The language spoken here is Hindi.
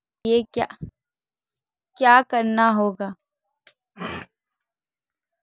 के.वाई.सी अपडेट करने के लिए क्या करना होगा?